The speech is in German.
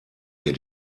wir